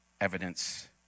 Evidence